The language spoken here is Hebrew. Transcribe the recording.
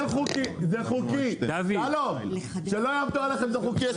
שלום שלא יעבדו עליכם זה חוקי,